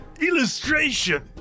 illustration